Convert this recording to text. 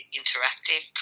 interactive